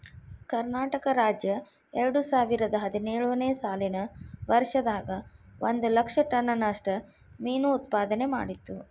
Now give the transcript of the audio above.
ಕರ್ನಾಟಕ ರಾಜ್ಯ ಎರಡುಸಾವಿರದ ಹದಿನೇಳು ನೇ ಸಾಲಿನ ವರ್ಷದಾಗ ಒಂದ್ ಲಕ್ಷ ಟನ್ ನಷ್ಟ ಮೇನು ಉತ್ಪಾದನೆ ಮಾಡಿತ್ತು